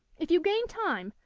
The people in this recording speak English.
if you gain time,